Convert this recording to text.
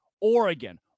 Oregon